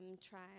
try